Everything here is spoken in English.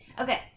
Okay